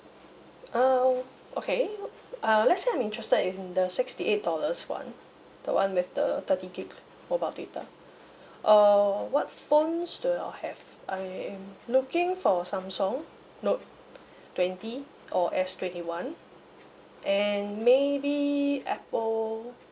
ah uh okay err let's say I'm interested in the sixty eight dollars [one] the one with the thirty gig mobile data err what phones do you all have I am looking for samsung note twenty or S twenty one and maybe apple